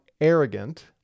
arrogant